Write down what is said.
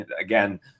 Again